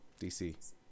DC